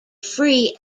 free